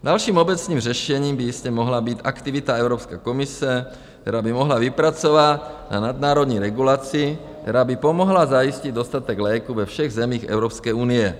Dalším obecným řešením by jistě mohla být aktivita Evropské komise, která by mohla vypracovat nadnárodní regulaci, která by pomohla zajistit dostatek léků ve všech zemích Evropské unie.